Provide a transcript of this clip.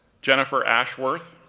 jennifer ashworth,